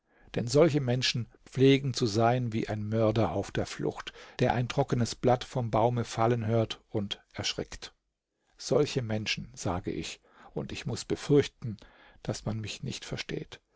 denn solche menschen pflegen zu sein wie ein mörder auf der flucht der ein trockenes blatt vom baume fallen hört und erschrickt solche menschen sage ich und ich muß befürchten daß man mich nicht versteht